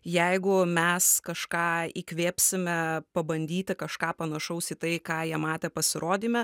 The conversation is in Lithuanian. jeigu mes kažką įkvėpsime pabandyti kažką panašaus į tai ką jie matė pasirodyme